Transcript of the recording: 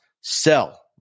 sell